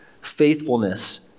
faithfulness